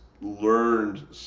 learned